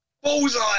Bullseye